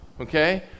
Okay